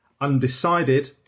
Undecided